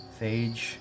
Phage